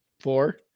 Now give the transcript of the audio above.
Four